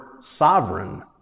sovereign